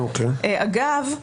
אגב,